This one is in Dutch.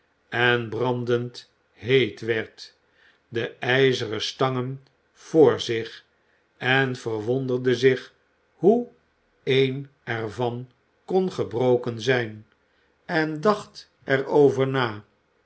en brandend heet werd de ijzeren stangen vr zich en verwonderde zich hoe een er van kon gebroken zijn en dacht er over na